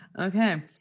okay